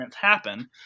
happen